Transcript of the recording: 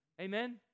Amen